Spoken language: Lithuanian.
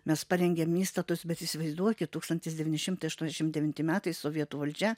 mes parengėm įstatus bet įsivaizduokit tūkstantis devyni šimtai aštuoniasdešimt devinti metai sovietų valdžia